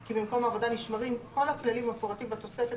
כי במקום העבודה נשמרים כל הכללים המפורטים בתוספת